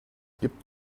gibt